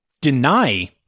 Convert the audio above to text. deny